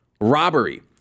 robbery